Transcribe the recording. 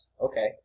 Okay